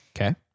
Okay